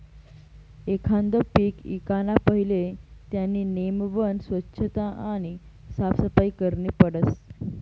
एखांद पीक ईकाना पहिले त्यानी नेमबन सोच्छता आणि साफसफाई करनी पडस